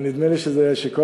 אבל נדמה לי שזה היה אישי.